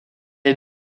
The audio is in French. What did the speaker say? est